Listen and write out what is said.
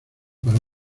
para